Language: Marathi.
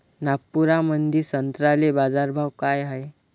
नागपुरामंदी संत्र्याले बाजारभाव काय हाय?